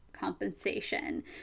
compensation